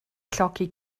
llogi